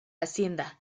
hacienda